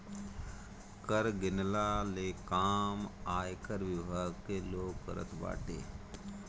कर गिनला ले काम आयकर विभाग के लोग करत बाटे